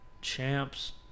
Champs